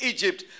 Egypt